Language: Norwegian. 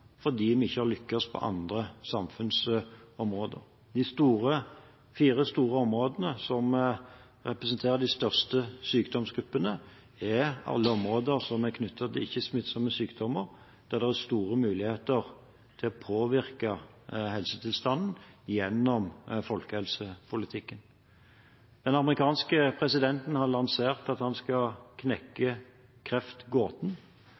fordi vi ikke har lyktes på andre samfunnsområder. De fire store områdene som representerer de største sykdomsgruppene, er alle områder som er knyttet til ikke-smittsomme sykdommer. Der er det store muligheter til å påvirke helsetilstanden gjennom folkehelsepolitikken. Den amerikanske presidenten har lansert at han skal knekke kreftgåten. Svaret er at det finnes mange kreftgåter, men en tredjedel av kreftgåten